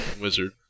wizard